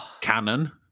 canon